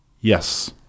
Yes